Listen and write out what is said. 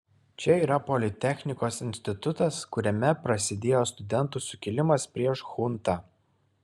čia yra politechnikos institutas kuriame prasidėjo studentų sukilimas prieš chuntą